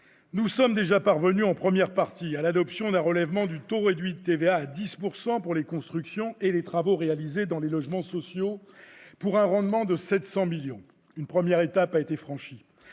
lors de l'examen de la première partie, à l'adoption d'un relèvement du taux réduit de TVA à 10 % pour les constructions et les travaux réalisés dans les logements sociaux, pour un rendement de 700 millions d'euros. Une première étape a été franchie.